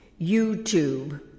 YouTube